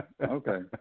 Okay